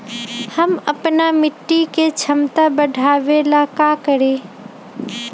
हम अपना मिट्टी के झमता बढ़ाबे ला का करी?